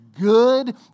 good